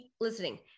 listening